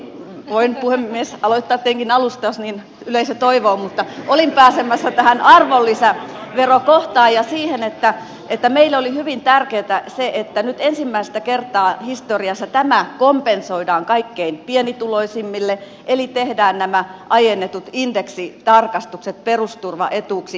voin puhemies aloittaa tietenkin alusta jos niin yleisö toivoo mutta olin pääsemässä tähän arvonlisäverokohtaan ja siihen että meille oli hyvin tärkeätä se että nyt ensimmäistä kertaa historiassa tämä kompensoidaan kaikkein pienituloisimmille eli tehdään nämä aiennetut indeksitarkistukset perusturvaetuuksiin